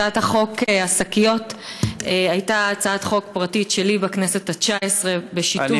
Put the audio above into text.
הצעת חוק השקיות הייתה הצעת חוק פרטית שלי בכנסת התשע-עשרה בשיתוף,